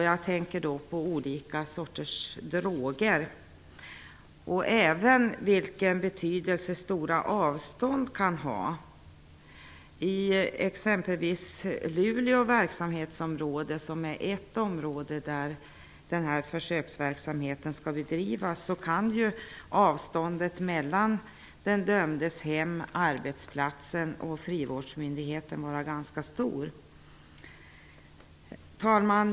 Jag tänker då på olika sorters droger och även på den betydelse som stora avstånd kan ha. I exempelvis Luleå verksamhetsområde, som är ett av de områden där den här försöksverksamheten skall bedrivas, kan avståndet mellan den dömdes hem, arbetsplatsen och frivårdsmyndigheten vara ganska stort. Herr talman!